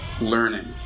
learning